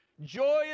joy